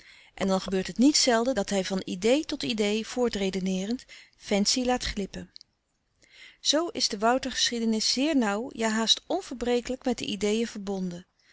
en dan gebeurt het niet zelden dat hij van idee tot idee voortredeneerend fancy laat glippen zoo is de woutergeschiedenis zeer nauw ja haast onverbrekelijk met de ideen verbonden